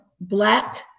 Black